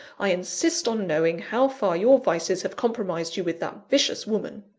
i insist on knowing how far your vices have compromised you with that vicious woman.